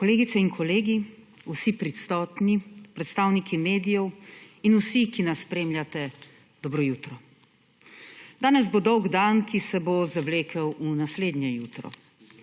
Kolegice in kolegi, vsi prisotni, predstavniki medijev in vsi, ki nas spremljate, dobro jutro! Danes bo dolg dan, ki se bo zavlekel v naslednje jutro.